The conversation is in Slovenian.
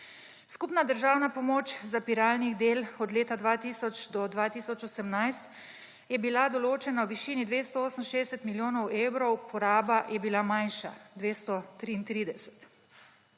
Skupna državna pomoč zapiralnih del od leta 2000 do 2018 je bila določena v višini 268 milijonov evrov, poraba je bila manjša, 233